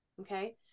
Okay